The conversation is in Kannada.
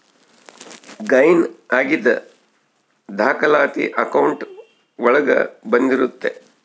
ಗೈನ್ ಆಗಿದ್ ದಾಖಲಾತಿ ಅಕೌಂಟ್ ಒಳಗ ಬಂದಿರುತ್ತೆ